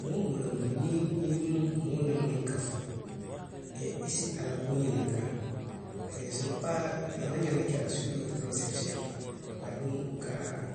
Moo woo moo loŋ de niŋ i niŋ moo nannaŋ i si a la kuo ňininkaa, se ne paa, ee, a maŋ ňaŋ na ke la siri le palaŋ sekusiyeli. bari duŋ ka